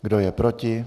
Kdo je proti?